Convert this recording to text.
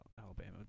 Alabama